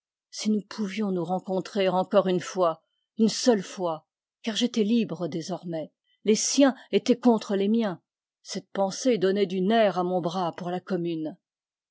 si nous pouvions nous rencontrer encore une fois une seule fois car j'étais libre désormais les siens étaient contre les miens cette pensée donnait du nerf à mon bras pour la commune